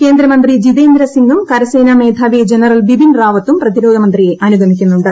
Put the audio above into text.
കേന്ദ്രമന്ത്രി ജിതേന്ദ്ര സിങും കരേസനാ മേധാവി ജനറൽ ബിപിൻ റാവത്തും പ്രതിരോധമന്ത്രിയെ അനുഗമിക്കുന്നുണ്ട്